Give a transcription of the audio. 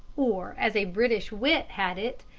or, as a british wit had it,